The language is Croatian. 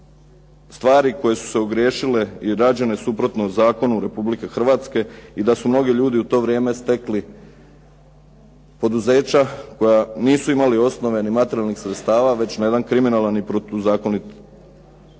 stvari koje su se ogriješile i rađene suprotno zakonu Republike Hrvatske i da su mnogi ljudi u to vrijeme stekli poduzeća koja nisu imali osnove ni materijalnih sredstava već na jedan kriminalan i protuzakonit